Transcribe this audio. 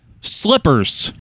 Slippers